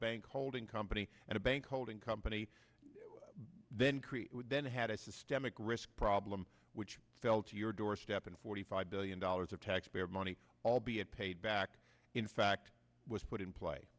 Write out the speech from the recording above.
bank holding company and a bank holding company then create would then had a systemic risk problem which fell to your doorstep and forty five billion dollars of taxpayer money albeit paid back in fact was put in pla